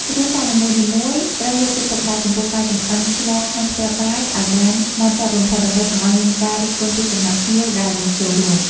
គ្រួសារនីមួយៗត្រូវយកចិត្តទុកដាក់ចំពោះការចម្អិនស្លក្នុងផ្ទះបាយឱ្យបានហ្មត់ចត់បំផុតដើម្បីកុំឱ្យមានការរិះគន់ពីសំណាក់ភ្ញៀវដែលមកចូលរួម។